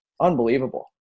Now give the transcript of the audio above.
unbelievable